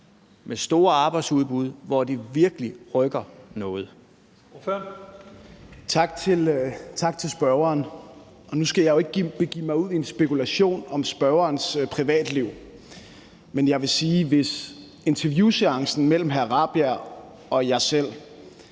med store arbejdsudbud, hvor det virkelig rykker noget?